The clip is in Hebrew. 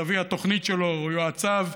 תביא התוכנית שלו או יועציו.